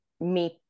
meet